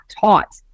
taught